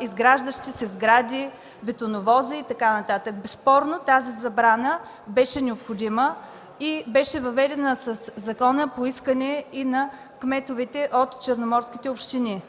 изграждащи се сгради, бетоновози и така нататък. Безспорно тази забрана беше необходима и беше въведена със закона по искане и на кметовете от черноморските общини.